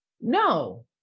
No